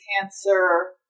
cancer